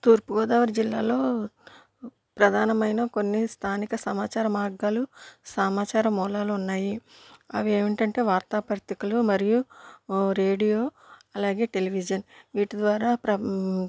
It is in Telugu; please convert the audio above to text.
తూర్పుగోదావరి జిల్లాలో ప్రధానమైన కొన్ని స్థానిక సమాచార మార్గాలు సామచార మూలాలు ఉన్నాయి అవి ఏంటి అంటే వార్త పత్రికలు మరియు రేడియో అలాగే టెలివిజన్ వీటి ద్వారా ప్రమ్